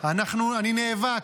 אני נאבק.